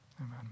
Amen